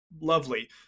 lovely